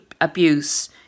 abuse